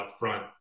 upfront